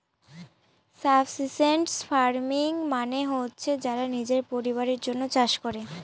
subsistence farming মানে হচ্ছে যারা নিজের পরিবারের জন্য চাষ করে